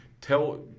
tell